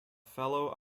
fellow